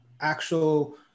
actual